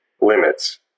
limits